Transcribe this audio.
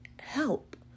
help